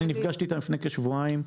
נפגשתי איתם לפני כשבועיים.